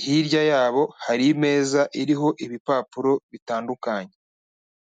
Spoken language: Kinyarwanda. hirya yabo hari imeza iriho ibipapuro bitandukanye.